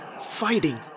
Fighting